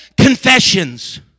confessions